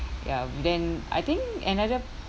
ya then I think another